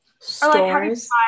Stores